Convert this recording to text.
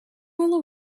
will